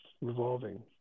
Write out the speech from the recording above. revolving